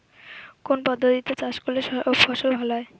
কোন পদ্ধতিতে চাষ করলে ফসল ভালো হয়?